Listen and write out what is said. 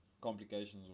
complications